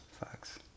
Facts